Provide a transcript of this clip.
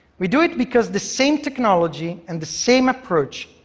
we do it because the same technology and the same approach,